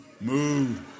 move